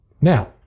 Now